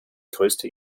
größte